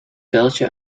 vuiltje